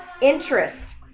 interest